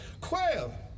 Quail